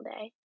day